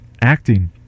acting